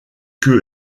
que